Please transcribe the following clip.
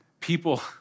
people